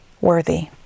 worthy